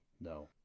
no